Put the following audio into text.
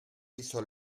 hizo